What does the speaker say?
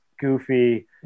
goofy